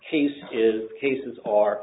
case is cases are